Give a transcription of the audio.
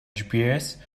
gps